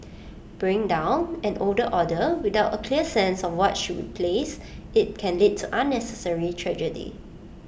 bring down an old order without A clear sense of what should replace IT can lead to unnecessary tragedy